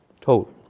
total